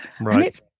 Right